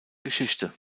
geschichte